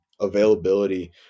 availability